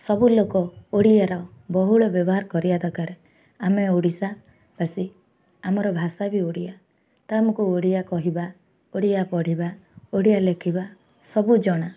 ସବୁ ଲୋକ ଓଡ଼ିଆର ବହୁଳ ବ୍ୟବହାର କରିବା ଦରକାର ଆମେ ଓଡ଼ିଶାବାସୀ ଆମର ଭାଷା ବି ଓଡ଼ିଆ ତା' ଆମକୁ ଓଡ଼ିଆ କହିବା ଓଡ଼ିଆ ପଢ଼ିବା ଓଡ଼ିଆ ଲେଖିବା ସବୁ ଜଣା